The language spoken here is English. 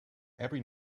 every